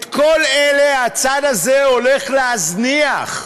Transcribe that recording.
את כל אלה הצד הזה הולך להזניח,